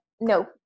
no